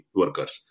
workers